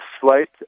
slight